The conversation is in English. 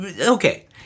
Okay